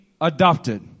adopted